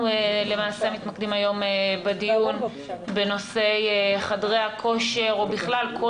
אנחנו למעשה מתמקדים היום בדיון בנושא חדרי הכושר ובכלל כל